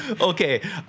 Okay